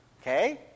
Okay